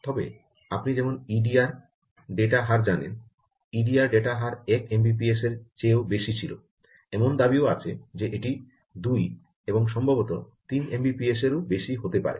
তবে আপনি যেমন ইডিআর ডেটা হার জানেন ইডিআর ডেটা হার এক এমবিপিএসর চেয়ে বেশি ছিল এমন দাবিও আছে যে এটি 2 এবং সম্ভবত 3 এমবিপিএসের ও বেশি হতে পারে